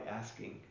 asking